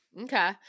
Okay